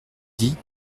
dit